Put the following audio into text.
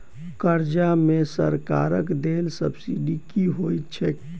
कर्जा मे सरकारक देल सब्सिडी की होइत छैक?